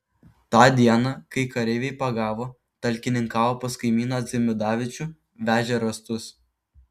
tą dieną kai kareiviai pagavo talkininkavo pas kaimyną dzimidavičių vežė rąstus